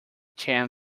chan